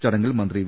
ചട ങ്ങിൽ മന്ത്രി വി